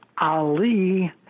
Ali